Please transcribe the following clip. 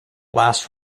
last